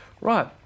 Right